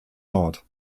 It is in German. nord